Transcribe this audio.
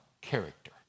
character